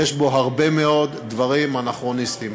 יש בו הרבה מאוד דברים אנכרוניסטיים.